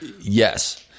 Yes